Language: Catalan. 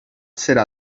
serà